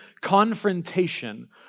confrontation